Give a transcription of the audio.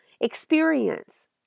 experience